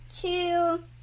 two